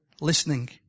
listening